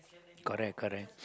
correct correct